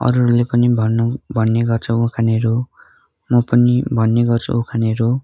अरूहरूले पनि भन्नु भन्ने गर्छ उखानहरू म पनि भन्ने गर्छु उखानहरू